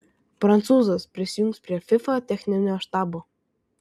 prancūzas prisijungs prie fifa techninio štabo